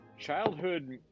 Childhood